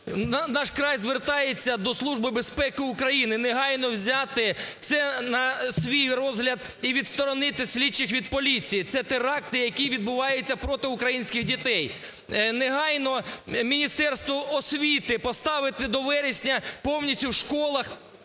"Наш край" звертається до Служби безпеки України негайно взяти це на свій розгляд і відсторонити слідчих від поліції. Це – теракти, які відбуваються проти українських дітей. Негайно Міністерству освіти поставити до вересня повністю в школах